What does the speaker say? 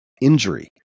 injury